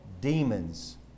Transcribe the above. demons